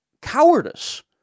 cowardice